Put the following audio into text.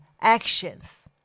actions